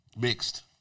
mixed